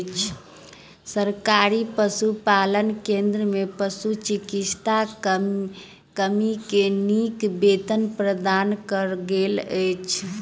सरकारी पशुपालन केंद्र में पशुचिकित्सा कर्मी के नीक वेतन प्रदान कयल गेल अछि